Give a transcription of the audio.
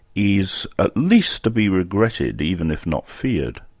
is at least to be regretted, even if not feared?